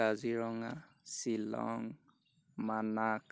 Kaziranga Shillong Manas